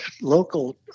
local